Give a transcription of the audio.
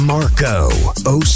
Marco